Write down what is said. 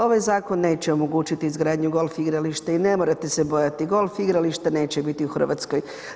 Ovaj zakon neće omogućiti izgradnju golf igrališta i ne morate se bojati, golf igrališta neće biti u Hrvatskoj.